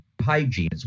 hygiene